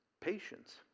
patience